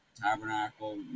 Tabernacle